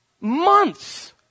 Months